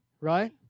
right